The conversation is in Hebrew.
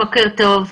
בוקר טוב.